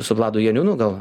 su vladu janiūnu gal